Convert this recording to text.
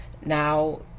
now